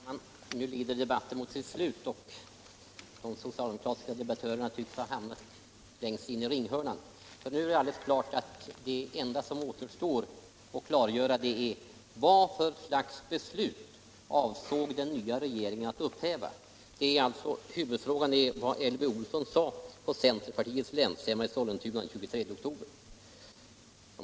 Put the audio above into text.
Herr talman! Nu lider debatten mot sitt slut, och de socialdemokratiska debattörerna tycks ha hamnat längst in i ringhörnan. Det är alldeles uppenbart att det enda som återstår att klargöra är: Vad för slags beslut avsåg den nya regeringen att upphäva? Huvudfrågan är alltså den som Elvy Olsson nämnde på centerpartiets länsstämma i Sollentuna den 23 oktober.